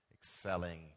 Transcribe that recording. excelling